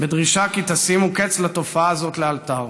בדרישה שתשימו קץ לתופעה הזאת לאלתר.